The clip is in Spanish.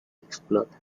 explota